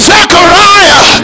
Zechariah